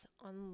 on